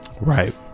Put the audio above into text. Right